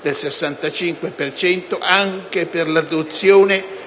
del 65 per cento anche per l'adozione